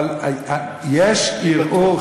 אבל יש ערעור,